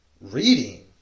Reading